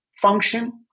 function